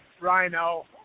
Rhino